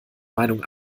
meinung